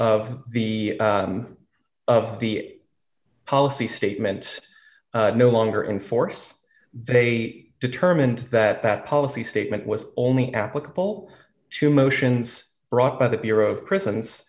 of the of the policy statement no longer in force they determined that that policy statement was only applicable to motions brought by the bureau of prisons